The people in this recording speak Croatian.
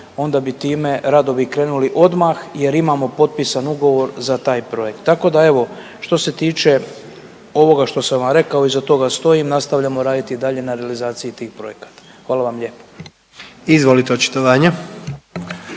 onda bi time radovi krenuli odmah jer imamo potpisan ugovor za taj projekt. Tako da evo što se tiče ovoga što sam vam rekao iza toga stojim. Nastavljamo raditi i dalje na realizaciji tih projekata. Hvala vam lijepa. **Jandroković,